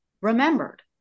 remembered